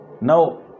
Now